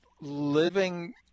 living